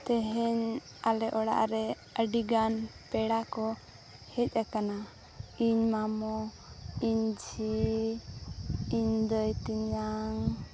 ᱛᱮᱦᱮᱧ ᱟᱞᱮ ᱚᱲᱟᱜ ᱨᱮ ᱟᱹᱰᱤ ᱜᱟᱱ ᱯᱮᱲᱟ ᱠᱚ ᱦᱮᱡ ᱟᱠᱟᱱᱟ ᱤᱧ ᱢᱟᱢᱚ ᱤᱧ ᱡᱷᱤ ᱤᱧ ᱫᱟᱹᱭᱼᱛᱮᱧᱟᱝ